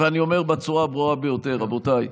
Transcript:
ואני אומר בצורה הברורה ביותר: רבותיי,